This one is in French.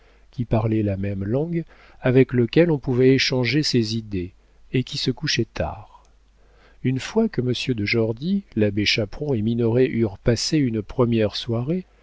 qui parlait la même langue avec lequel on pouvait échanger ses idées et qui se couchait tard une fois que monsieur de jordy l'abbé chaperon et minoret eurent passé une première soirée